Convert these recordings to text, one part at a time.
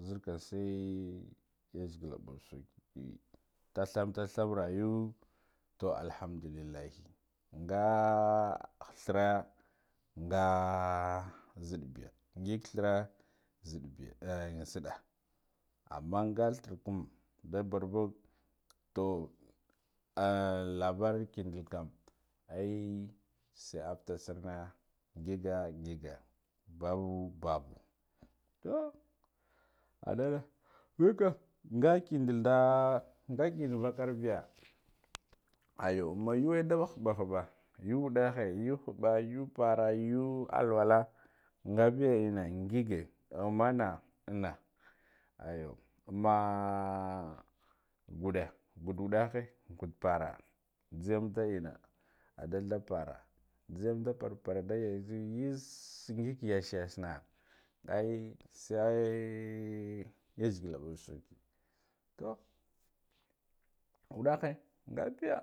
Nzerkam sai yazegala bau saiki tatham tatham ragu to alhamdulillah, nga threa nga nzidd biy ngig threa nzidde biya an nzida, amman nga threa kam da barbug loh on labar kineta kum ai sai after tsarna ngiga ngiga, babu babu, toh anada nzaga nga kindal nga kindala vakar biya ayu amman yuwe ah da hubba hubba yu woddahi yuw hubba yuw parra yow alwula, ngabiya enna ngige ammana anna aya amma gudde gudde wadahi gudula pona nzeyam da par por nda yaze yis ngig yas yas nah, ai sai yazegala bun sautsi toh wuddahi ngabiya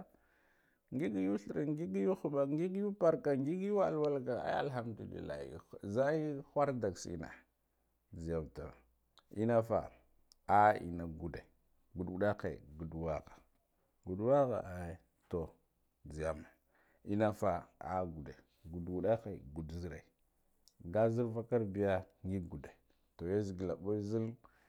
ngig yuw threa ngig yuw hubba ngig yuwal walakom toh ai alhamdulillah, nzai khur dakkas enna nzeyam tam. Enna fa ah ennan ngudde gudde wuddahi gudda wakha ngudda wakha eh toh nzeyame. Enna fan ah gudde gudda waddehi gadde nzire nga nzir vakar biyu ngig gudde nzir